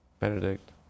Benedict